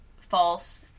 false